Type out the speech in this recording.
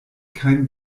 kein